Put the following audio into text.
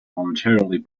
momentarily